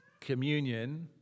Communion